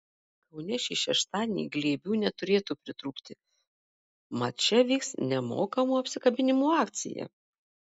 kaune šį šeštadienį glėbių neturėtų pritrūkti mat čia vyks nemokamų apsikabinimų akcija